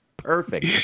Perfect